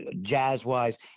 jazz-wise